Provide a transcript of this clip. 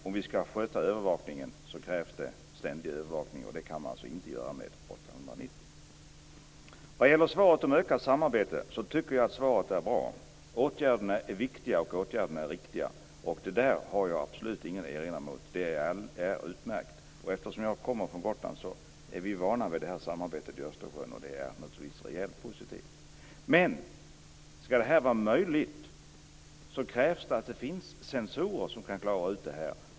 Om vi skall sköta övervakningen krävs det ständig övervakning, och det kan man alltså inte ha med 890. Jag tycker att svaret är bra när det gäller ökat samarbete. Åtgärderna är viktiga och riktiga. Det har jag absolut inget att erinra mot. Det är utmärkt. Jag kommer ju från Gotland, och där är vi vana vid det här samarbetet i Östersjön. Det är naturligtvis rejält positivt. Men skall det här vara möjligt krävs det att det finns sensorer som kan klara detta.